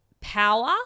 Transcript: power